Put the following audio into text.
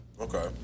okay